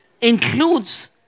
includes